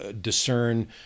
discern